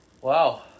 Wow